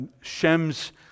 Shem's